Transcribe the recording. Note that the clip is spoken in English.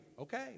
Okay